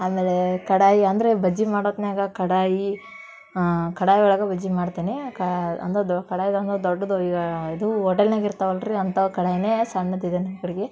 ಆಮೇಲೆ ಕಡಾಯಿ ಅಂದರೆ ಬಜ್ಜಿ ಮಾಡೊತ್ನಾಗೆ ಕಡಾಯಿ ಕಡಾಯಿ ಒಳಗೆ ಬಜ್ಜಿ ಮಾಡ್ತೀನಿ ಕಾ ಅಂದ್ರೆ ದೊ ಕಡಾಯಿ ಅಂದ್ರೆ ದೊಡ್ಡದು ಈಗ ಇದು ಓಟೆಲ್ನಾಗ್ ಇರ್ತಾವಲ್ಲ ರೀ ಅಂಥ ಕಡಾಯಿನೇ ಸಣ್ಣದು ಇದೆ ನಮ್ಮ ಕಡೆಗೆ